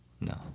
no